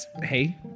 hey